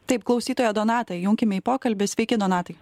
taip klausytoją donatą įjunkime į pokalbį sveiki donatai